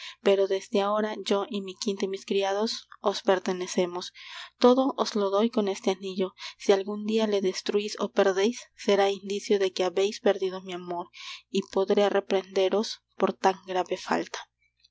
pero desde ahora yo y mi quinta y mis criados os pertenecemos todo os lo doy con este anillo si algun dia le destruís ó perdeis será indicio de que habeis perdido mi amor y podré reprenderos por tan grave falta